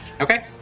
Okay